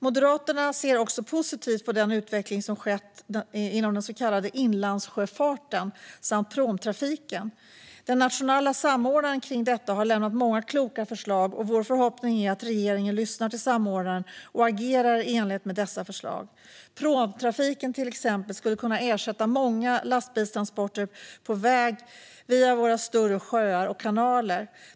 Moderaterna ser också positivt på den utveckling som skett inom den så kallade inlandssjöfarten samt pråmtrafiken. Den nationella samordnaren av detta har lämnat många kloka förslag, och vår förhoppning är att regeringen lyssnar till samordnaren och agerar i enlighet med dessa förslag. Pråmtrafiken skulle till exempel kunna ersätta många lastbilstransporter på väg via våra större sjöar och kanaler.